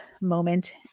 moment